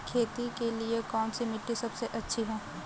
खेती के लिए कौन सी मिट्टी सबसे अच्छी है?